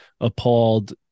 appalled